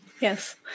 Yes